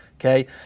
Okay